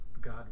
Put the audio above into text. God